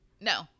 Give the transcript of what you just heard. No